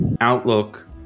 outlook